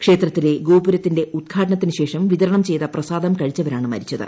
ക്ഷേത്രത്തിലെ ഗോപുരത്തിന്റെ ഉദ്ഘാടനത്തിന് ശേഷം വിതരണം ചെയ്ത പ്രസാദം കഴിച്ചവരാണ് മരിച്ചത്